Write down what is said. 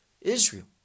Israel